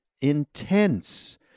intense